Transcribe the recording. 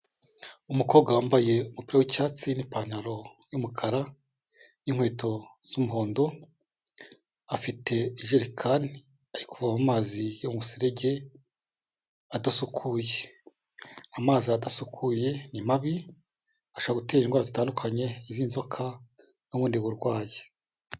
Umukobwa wambaye umupira w'icyatsi n'ipantaro y'umukara n'inkweto z'umuhondo, afite ijerekani ari kuvoma amazi yo mu muserege adasukuye, amazi adasukuye ni mabi, ashobora gutera indwara zitandukanye z'inzoka n'ubundi burwayi.